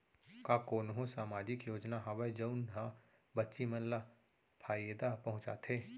का कोनहो सामाजिक योजना हावय जऊन हा बच्ची मन ला फायेदा पहुचाथे?